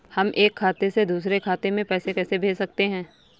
हम एक खाते से दूसरे खाते में पैसे कैसे भेज सकते हैं?